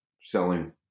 selling